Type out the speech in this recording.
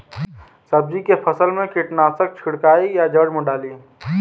सब्जी के फसल मे कीटनाशक छिड़काई या जड़ मे डाली?